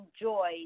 enjoy